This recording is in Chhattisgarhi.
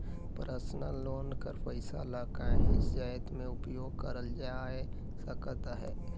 परसनल लोन कर पइसा ल काहींच जाएत में उपयोग करल जाए सकत अहे